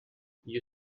you